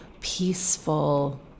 peaceful